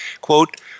Quote